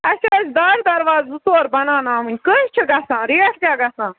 اَسہِ ٲس دارِ درواز زٕ ژور بناوناوٕنۍ کٔہۍ چھِ گَژھان ریٹ کیاہ گَژھان